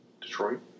Detroit